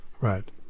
Right